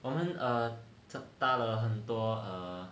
我们 err 搭了很多 err